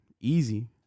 easy